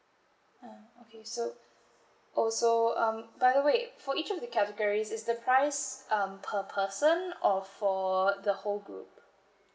um okay so also um by the way for each of the categories is the price um per person or for the whole group